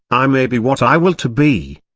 i may be what i will to be.